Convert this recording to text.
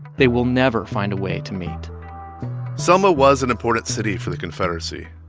they will never find a way to meet selma was an important city for the confederacy.